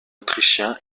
autrichien